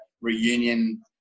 reunion